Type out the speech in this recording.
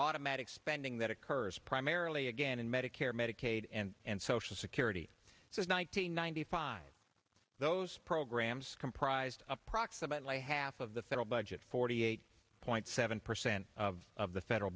automatic spending that occurs primarily again in medicare medicaid and social security is one nine hundred ninety five those programs comprised approximately half of the federal budget forty eight point seven percent of the federal